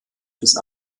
bis